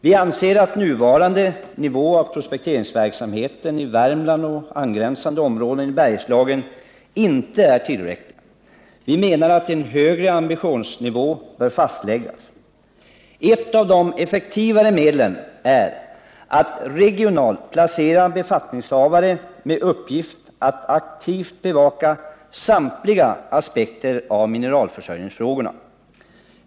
Vi anser att nuvarande nivå av prospekteringsverksamheten i Värmland och angränsande områden i Bergslagen inte är tillräckliga. Vi menar att en högre ambitionsnivå bör fastläggas. Ett av de effektivare medlen är att regionalt placera befattningshavare med uppgift att aktivt bevaka samtliga aspekter av mineralförsörjningsfrågorna.